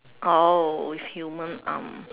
oh with human arm